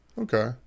Okay